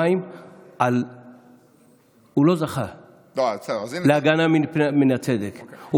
הוא לא זכה להגנה מפני הצדק,